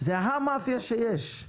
זאת ה-מאפיה שיש.